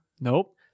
Nope